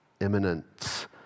imminent